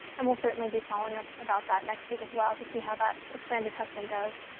and we'll certainly be following up about that next week as well to see how that expanded testing goes.